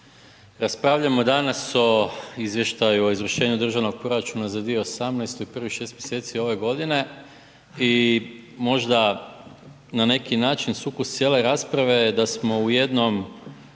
raspravljamo danas o Izvještaju o izvršenju Državnog proračuna za 2018. i prvih 6 mjeseci ove godine i možda na neki način sukus cijele rasprave je da smo u jednom